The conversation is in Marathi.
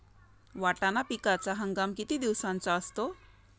वाटाणा पिकाचा हंगाम किती दिवसांचा असतो?